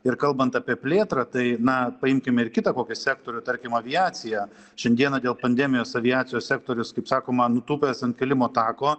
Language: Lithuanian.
ir kalbant apie plėtrą tai na paimkim ir kitą kokį sektorių tarkim aviaciją šiandieną dėl pandemijos aviacijos sektorius kaip sakoma nutūpęs ant kilimo tako